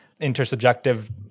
intersubjective